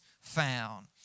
found